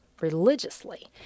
religiously